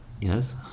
Yes